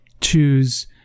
Choose